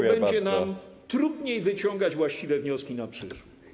to będzie nam trudniej wyciągać właściwe wnioski na przyszłość.